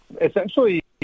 essentially